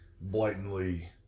blatantly